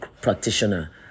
practitioner